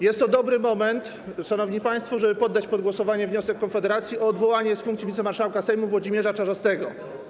Jest to dobry moment, szanowni państwo, żeby poddać pod głosowanie wniosek Konfederacji o odwołanie z funkcji wicemarszałka Sejmu Włodzimierza Czarzastego.